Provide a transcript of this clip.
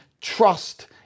trust